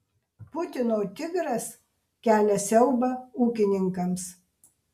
putino tigras kelia siaubą ūkininkams